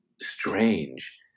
strange